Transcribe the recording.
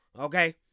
okay